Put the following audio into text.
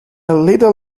little